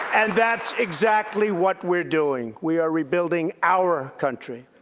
and that's exactly what we're doing. we are rebuilding our country.